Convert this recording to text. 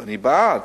אני בעד,